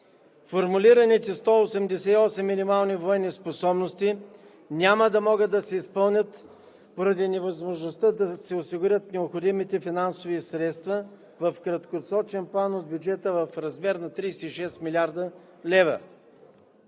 Формулираните 188 минимални военни способности няма да могат да се изпълнят поради невъзможността да се осигурят необходимите финансови средства в краткосрочен план от бюджета в размер на 36 млрд. лв.